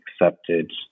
accepted